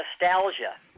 nostalgia